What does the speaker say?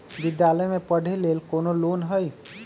विद्यालय में पढ़े लेल कौनो लोन हई?